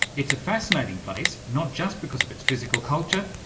it's a fascinating place, not just because of its physical culture,